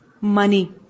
money